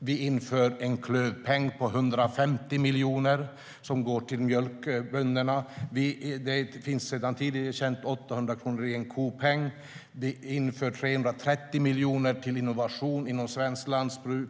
Vi inför en klövpeng på 150 miljoner som går till mjölkbönderna. Det finns sedan tidigare en kopeng på 800 kronor. Vi tillför 330 miljoner till innovation och utveckling inom svenskt lantbruk.